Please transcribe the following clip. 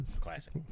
Classic